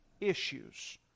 issues